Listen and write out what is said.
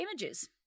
images